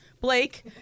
Blake